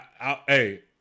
hey